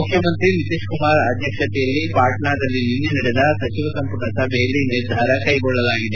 ಮುಖ್ಯಮಂತ್ರಿ ನಿತೀಶ್ ಕುಮಾರ್ ಅಧ್ಯಕ್ಷತೆಯಲ್ಲಿ ಪಾಣ್ತಾದಲ್ಲಿ ನಿನ್ನೆ ನಡೆದ ಸಚಿವ ಸಂಪುಟ ಸಭೆಯಲ್ಲಿ ಈ ನಿರ್ಧಾರ ಕೈಗೊಳ್ಳಲಾಗಿದೆ